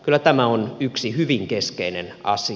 kyllä tämä on yksi hyvin keskeinen asia